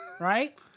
Right